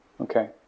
okay